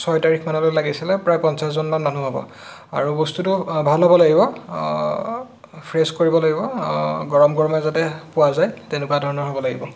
ছয় তাৰিখমানলৈ লাগিছিলে প্ৰায় পঞ্চাছজনমান মানুহ হ'ব আৰু বস্তুটো ভাল হ'ব লাগিব ফ্ৰেছ কৰিব লাগিব গৰম গৰমে যাতে পোৱা যায় তেনেকুৱাধৰণৰ হ'ব লাগিব